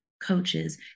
Coaches